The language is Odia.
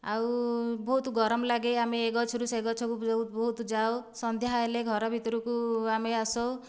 ଆଉ ବହୁତ ଗରମ ଲାଗେ ଆମେ ଏ ଗଛରୁ ସେ ଗଛକୁ ବହୁତ ଯାଉ ସନ୍ଧ୍ୟା ହେଲେ ଘର ଭିତରକୁ ଆମେ ଆସୁ